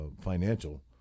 financial